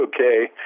okay